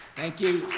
thank you,